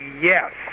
Yes